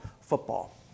football